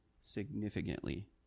significantly